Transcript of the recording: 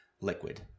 liquid